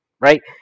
right